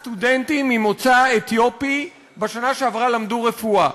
שמונה סטודנטים ממוצא אתיופי למדו רפואה.